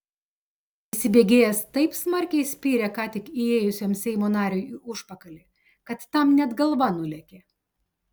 įsibėgėjęs taip smarkiai spyrė ką tik įėjusiam seimo nariui į užpakalį kad tam net galva nulėkė